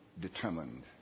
determined